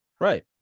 Right